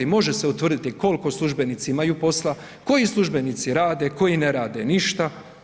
Može se utvrditi koliko službenici imaju posla, koji službenici rade koji ne rade ništa.